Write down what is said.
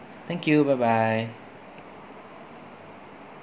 thank you bye bye